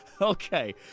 Okay